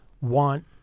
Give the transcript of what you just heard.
want